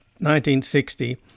1960